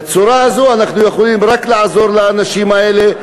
בצורה הזו אנחנו יכולים רק לעזור לאנשים האלה,